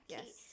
yes